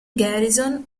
garrison